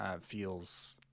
feels